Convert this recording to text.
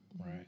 right